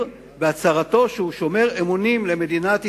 בהצהרתו שהוא שומר אמונים למדינת ישראל,